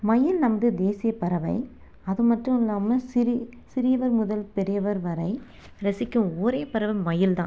மயில் நமது தேசியப்பறவை அது மட்டும் இல்லாமல் சிறி சிறியவர் முதல் பெரியவர் வரை ரசிக்கும் ஒரே பறவை மயில் தான்